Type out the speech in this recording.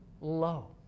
low